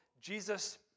Jesus